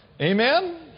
Amen